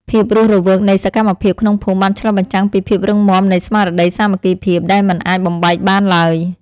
ភាពរស់រវើកនៃសកម្មភាពក្នុងភូមិបានឆ្លុះបញ្ចាំងពីភាពរឹងមាំនៃស្មារតីសាមគ្គីភាពដែលមិនអាចបំបែកបានឡើយ។